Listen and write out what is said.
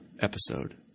episode